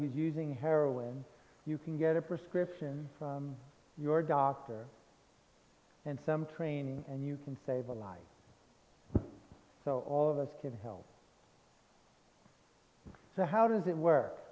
who is using heroin you can get a prescription from your doctor and some training and you can save a life so all of us can help so how does it work